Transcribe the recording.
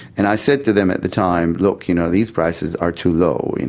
and i said to them at the time, look, you know these prices are too low,